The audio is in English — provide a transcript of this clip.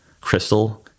Crystal